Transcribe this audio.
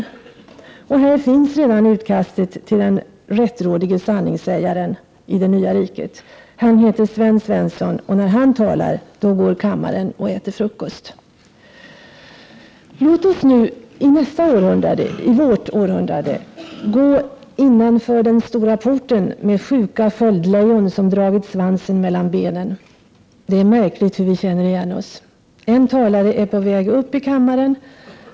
Här finns redan utkastet till den rättrådige sanningssägaren i ”Det nya riket”. Han heter Sven Svensson, och när han talar går kammaren och äter frukost. Låt oss nu i nästa århundrade, i vårt århundrade, gå ”innanför den stora porten med sjuka sköldlejon, som dragit svansen mellan benen”. Det är märkligt hur vi känner igen oss. En talare är på väg upp i kammaren.